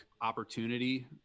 opportunity